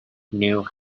new